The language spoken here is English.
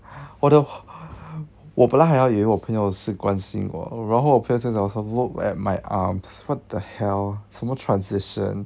我的我本来还要以为我朋友是关心我然后我朋友就讲说 look at my arms what the hell 什么 transition